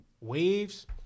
waves